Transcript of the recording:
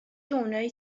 اونای